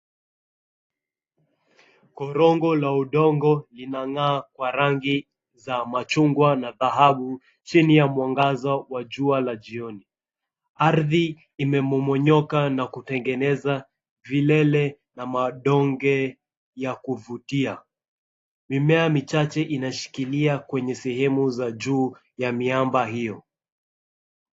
Korongo la udongo lina ng'aa kwa rangi za machungwa na dhahabu chini ya mwangaza la jua wa jioni. Ardhi umemomonyoka na kutengeneza vilele na madonge vya kuvutia. Mimea michache inashikilia kwenye sehemu za juu ya miamba hiyo.